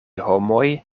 homoj